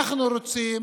אנחנו רוצים